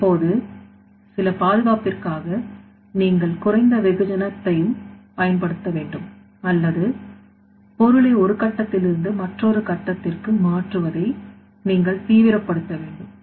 இப்போது சில பாதுகாப்பிற்காக நீங்கள் குறைந்த வெகுஜன த்தை பயன்படுத்த வேண்டும் அல்லது பொருளை ஒரு கட்டத்தில் இருந்து மற்றொரு கட்டத்திற்கு மாற்றுவதை நீங்கள் தீவிரப்படுத்த வேண்டும்